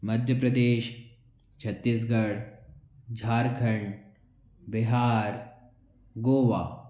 Madhya Pradesh Chhattisgarh Jharkhand Bihar Goa